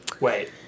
Wait